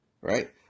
right